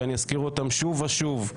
שאני אזכיר אותן שוב ושוב,